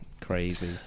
Crazy